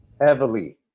Heavily